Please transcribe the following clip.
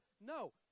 no